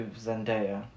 Zendaya